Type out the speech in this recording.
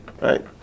Right